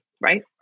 Right